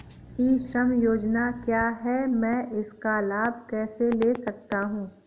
ई श्रम योजना क्या है मैं इसका लाभ कैसे ले सकता हूँ?